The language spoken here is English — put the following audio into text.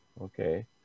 okay